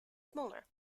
smaller